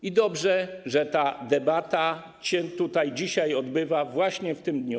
I dobrze, że ta debata się tutaj dzisiaj odbywa właśnie w tym dniu.